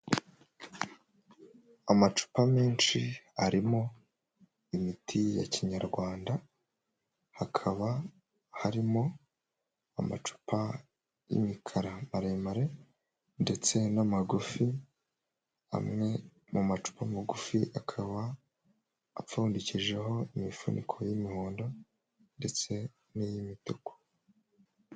Amacupa menshi arimo imiti ya kinyarwanda hakaba harimo amacupa y'imikara maremare ndetse n'amagufi. Amwe mu macupa magufi akaba apfundikijeho imifuniko y'imihondo ndetse n'iy'imituku.